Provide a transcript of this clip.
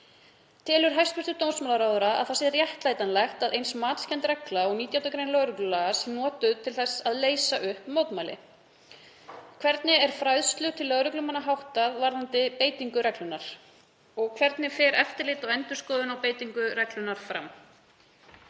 Telur hæstv. dómsmálaráðherra að það sé réttlætanlegt að eins matskennd regla og 19. gr. lögreglulaga sé notuð til þess að leysa upp mótmæli? Hvernig er fræðslu til lögreglumanna háttað varðandi beitingu reglunnar? Hvernig fer eftirlit og endurskoðun á beitingu reglunnar fram?